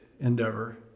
endeavor